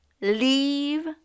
leave